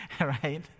right